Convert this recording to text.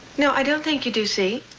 no. i don't think you do see.